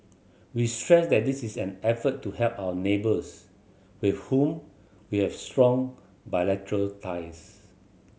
we stress that this is an effort to help our neighbours with whom we have strong bilateral ties